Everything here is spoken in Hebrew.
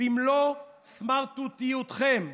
במלואו סמרטוטיותכם.